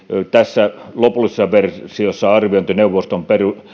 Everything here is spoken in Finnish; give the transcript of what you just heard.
tässä lopullisessa versiossa arviointineuvoston